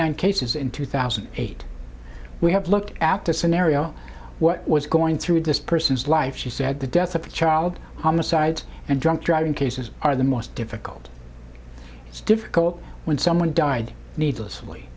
nine cases in two thousand and eight we have looked at the scenario what was going through this person's life she said the death of a child homicides and drunk driving cases are the most difficult it's difficult when someone died needlessly